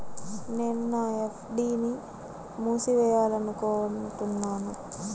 నేను నా ఎఫ్.డీ ని మూసివేయాలనుకుంటున్నాను